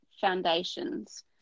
foundations